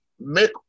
make